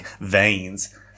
veins